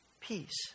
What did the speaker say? peace